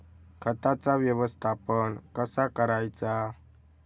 खताचा व्यवस्थापन कसा करायचा?